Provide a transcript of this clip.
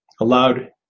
allowed